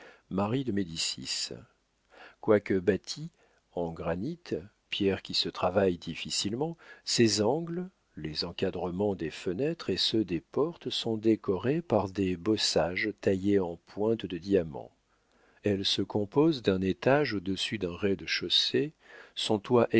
marie de médicis quoique bâtie en granit pierre qui se travaille difficilement ses angles les encadrements des fenêtres et ceux des portes sont décorés par des bossages taillés en pointes de diamant elle se compose d'un étage au-dessus d'un rez-de-chaussée son toit